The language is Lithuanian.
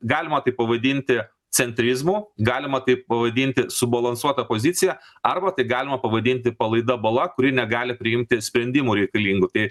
galima tai pavadinti centrizmu galima taip pavadinti subalansuota pozicija arba tai galima pavadinti palaida bala kuri negali priimti sprendimų reikalingų tai